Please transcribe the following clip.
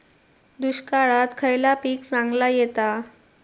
दुष्काळात खयला पीक चांगला येता?